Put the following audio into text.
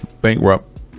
bankrupt